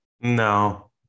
No